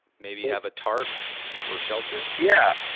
maybe have a tarp for shelter yeah.